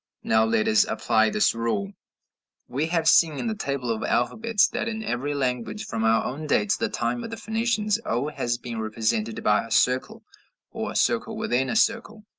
now let us apply this rule we have seen in the table of alphabets that in every language, from our own day to the time of the phoenicians, o has been represented by a circle or a circle within a circle.